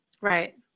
Right